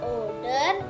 order